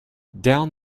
down